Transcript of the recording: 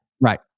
Right